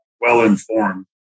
well-informed